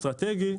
בפן האסטרטגי,